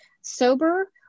sober